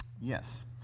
Yes